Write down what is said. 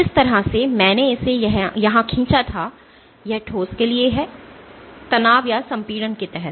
जिस तरह से मैंने इसे यहां खींचा था यह ठोस के लिए है तनाव या संपीड़न के तहत